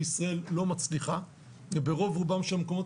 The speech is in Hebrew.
בישראל לא מצליחה וברוב רובם של המקומות